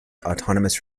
autonomous